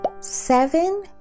Seven